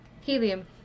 Helium